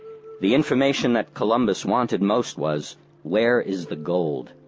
the information that columbus wanted most was where is the gold?